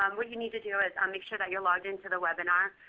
um what you need to do is um make sure that you're logged into the webinar